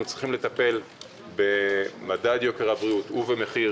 אנחנו צריכים לטפל במדד יוקר הבריאות ובמחיר